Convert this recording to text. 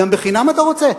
גם בחינם אתה רוצה?